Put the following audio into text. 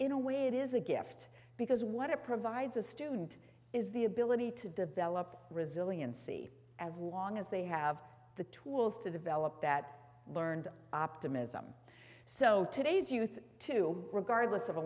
in a way it is a gift because what it provides a student is the ability to develop resiliency as long as they have the tools to develop that learned optimism so today's youth too regardless of a